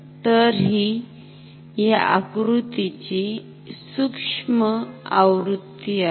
तर हि या आकृतीची सूक्ष्म आवृत्ती आहे